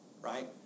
right